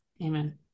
Amen